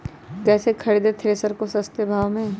कैसे खरीदे थ्रेसर को सस्ते भाव में?